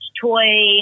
toy